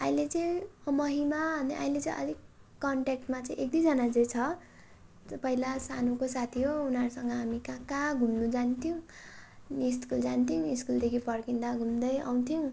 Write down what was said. अहिले चाहिँ महिमा भन्ने अहिले चाहिँ अलिक कन्टेक्टमा चाहिँ एक दुईजना चाहिँ छ पहिला सानोको साथी हो उनीहरूसँग हामी कहाँ कहाँ घुम्नु जान्थ्यौँ अनि स्कुल जान्थ्यौँ स्कुलदेखि फर्किँदा घुम्दै आउँथ्यौँ